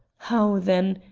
how, then,